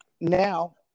now